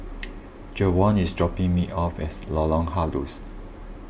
Jevon is dropping me off at Lorong Halus